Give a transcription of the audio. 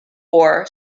war